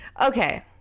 Okay